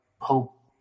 hope